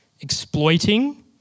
exploiting